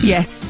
Yes